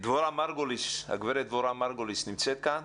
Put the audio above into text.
דבורה מרגוליס נמצאת כאן?